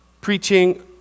preaching